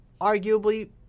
Arguably